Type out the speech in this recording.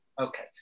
okay